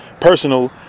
personal